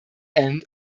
end